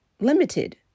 limited